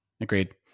Agreed